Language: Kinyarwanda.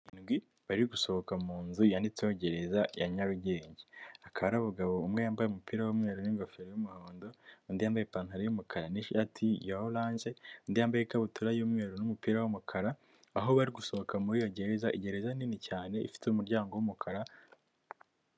Abago barindwi bari gusohoka mu nzu yanditseho gereza ya Nyarugenge, akaba ari abagabo, umwe yambaye umupira w'umweru n'ingofero y'umuhondo, undi yambaye ipantaro y'umukara n'ishati ya oranje, undi yambaye ikabutura y'umweru n'umupira w'umukara, aho bari gusohoka muri iyo gereza, gereza nini cyane ifite umuryango w'umukara.